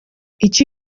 icyo